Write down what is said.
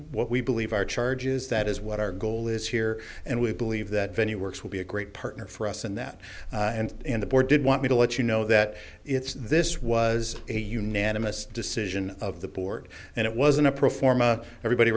what we believe our charge is that is what our goal is here and we believe that venue works will be a great partner for us in that and in the board did want me to let you know that it's this was a unanimous decision of the board and it wasn't a pro forma everybody